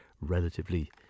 relatively